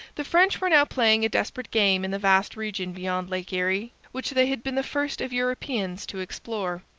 the french were now playing a desperate game in the vast region beyond lake erie, which they had been the first of europeans to explore.